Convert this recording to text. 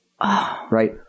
Right